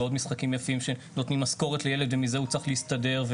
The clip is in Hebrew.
ועוד משחקים יפים שנותנים משכורת לילד ומזה הוא צריך להסתדר,